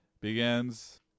begins